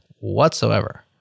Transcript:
whatsoever